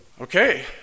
Okay